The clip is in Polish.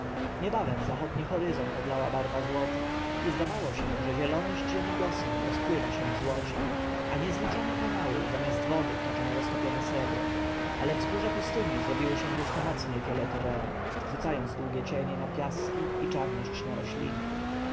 niebawem zachodni horyzont oblała barwa złota i zdawało się że zieloność ziemi gosen rozpływała się w złocie a niezliczone kanały zamiast wody toczą roztopione srebro ale wzgórza pustyni zrobiły się jeszcze mocniej fioletowemi rzucając długie cienie na piaski i czarność na rośliny